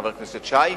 חבר הכנסת נחמן שי,